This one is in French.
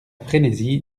frénésie